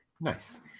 nice